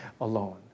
alone